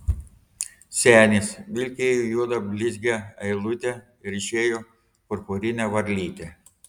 senis vilkėjo juodą blizgią eilutę ryšėjo purpurinę varlytę